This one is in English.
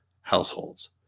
households